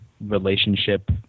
relationship